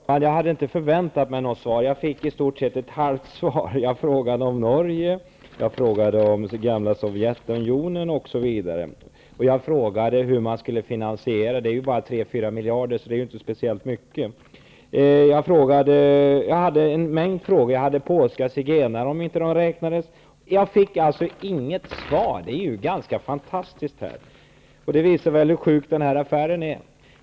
Herr talman! Jag hade inte förväntat mig något svar. Nu fick jag i stort sett ett halvt svar. Jag frågade om Norge, gamla Sovjetunionen, osv., och jag frågade också hur man skulle finansiera det hela -- det handlar ju enbart om tre fyra miljarder kronor, vilket ju inte är speciellt mycket. Jag ställde en mängd frågor, bl.a. om polska zigenare inte räknades. Men jag fick inget svar. Det är ganska fantastiskt. Det visar väl hur sjuk den här affären är.